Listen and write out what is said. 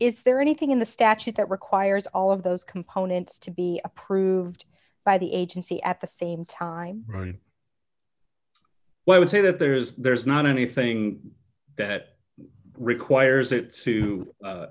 is there anything in the statute that requires all of those components to be approved by the agency at the same time well i would say that there's there's not anything that requires it to